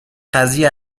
قضیه